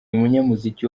umunyamuziki